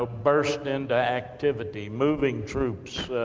ah burst into activity, moving troops,